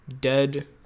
Dead